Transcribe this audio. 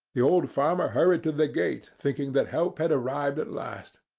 the old farmer hurried to the gate thinking that help had arrived at last.